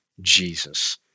Jesus